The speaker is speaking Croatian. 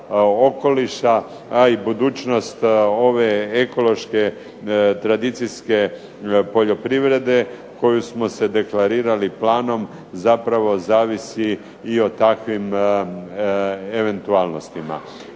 okoliša a i budućnost ove ekološke tradicijske poljoprivrede koju smo se deklarirali planom zapravo zavisi o takvim eventualnostima.